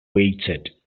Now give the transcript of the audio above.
waited